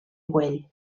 güell